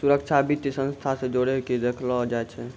सुरक्षा वित्तीय संस्था से जोड़ी के देखलो जाय छै